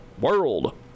world